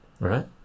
right